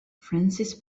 francis